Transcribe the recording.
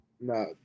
no